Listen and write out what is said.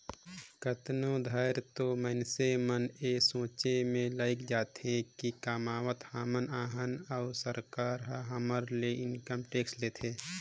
कतनो धाएर तो मइनसे मन ए सोंचे में लइग जाथें कि कमावत हमन अहन अउ सरकार ह हमर ले इनकम टेक्स लेथे